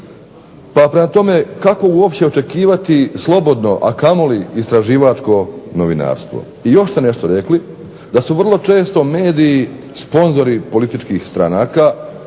pa prema tome kako uopće očekivati slobodno, a kamoli istraživačko novinarstvo. I još ste nešto rekli, da su vrlo često mediji sponzori političkih stranaka